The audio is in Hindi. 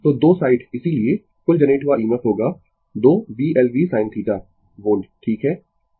तो दो साइड इसीलिए कुल जनरेट हुआ EMF होगा 2 Bl v sin θ वोल्ट ठीक है